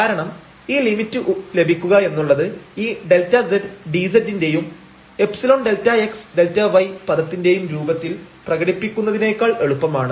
കാരണം ഈ ലിമിറ്റ് ലഭിക്കുക എന്നുള്ളത് ഈ Δz dz ന്റെയും ϵΔxΔy പദത്തിന്റെയും രൂപത്തിൽ പ്രകടിപ്പിക്കുന്നതിനേക്കാൾ എളുപ്പമാണ്